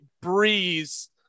breeze